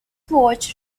watch